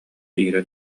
ира